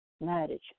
marriage